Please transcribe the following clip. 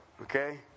Okay